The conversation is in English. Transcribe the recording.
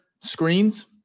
screens